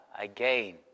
again